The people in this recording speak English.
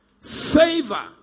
favor